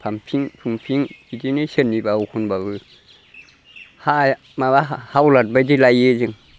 पाम्पिं फुंम्फिं बिदिनो सोरनिबा एखनब्ला माबा हावलाद बायदि लायो जों